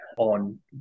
on